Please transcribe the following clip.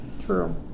true